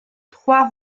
trois